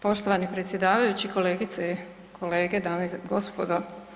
Poštovani predsjedavajući, kolegice i kolege, dame i gospodo.